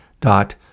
dot